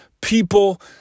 people